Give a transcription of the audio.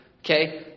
okay